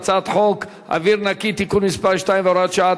חוק אוויר נקי (תיקון מס' 2 והוראת שעה),